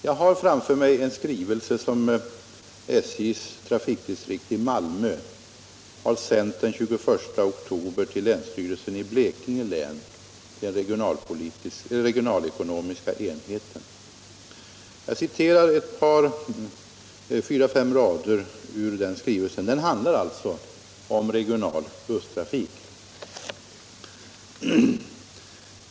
Jag har framför mig en skrivelse som SJ:s trafikdistrikt i Malmö den 21 oktober har sänt till länsstyrelsen i Blekinge län, regionalekonomiska enheten. Jag citerar några rader ur den skrivelsen. Den handlar om regional busstrafik.